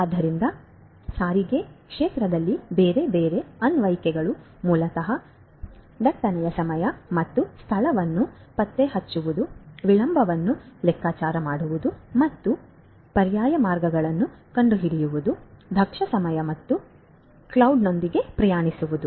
ಆದ್ದರಿಂದ ಸಾರಿಗೆ ಕ್ಷೇತ್ರದಲ್ಲಿ ಬೇರೆ ಬೇರೆ ಅನ್ವಯಿಕೆಗಳು ಮೂಲತಃ ದಟ್ಟಣೆಯ ಸಮಯ ಮತ್ತು ಸ್ಥಳವನ್ನು ಪತ್ತೆಹಚ್ಚುವುದು ವಿಳಂಬವನ್ನು ಲೆಕ್ಕಾಚಾರ ಮಾಡುವುದು ಮತ್ತು ಪರ್ಯಾಯ ಮಾರ್ಗಗಳನ್ನು ಕಂಡುಹಿಡಿಯುವುದು ದಕ್ಷ ಸಮಯ ಮತ್ತು ಮೋಡ್ನೊಂದಿಗೆ ಪ್ರಯಾಣಿಸುವುದು